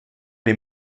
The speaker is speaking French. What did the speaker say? les